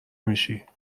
میشی